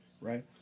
right